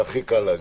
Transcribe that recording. זה הכי קל לעשות.